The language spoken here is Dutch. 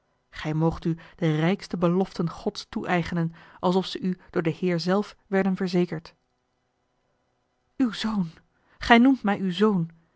gij moogt u de rijkste beloften gods toeëigenen alsof ze u door den heer zelf werden verzekerd uw zoon gij noemt mij uw zoon